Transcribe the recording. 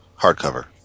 hardcover